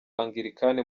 angilikani